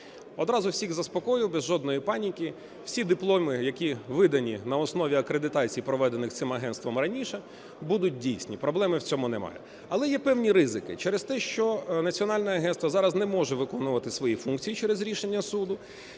Одразу всіх заспокою, без жодної паніки, всі дипломи, які видані на основі акредитацій, проведених цим агентством раніше, будуть дійсні, проблеми в цьому немає. Але є певні ризики. Через те, що Національне агентство зараз не може виконувати свої функції через рішення суду,